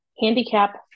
handicap